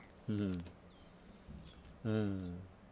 mmhmm mm